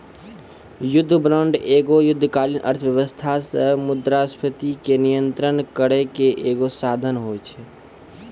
युद्ध बांड एगो युद्धकालीन अर्थव्यवस्था से मुद्रास्फीति के नियंत्रण करै के एगो साधन होय छै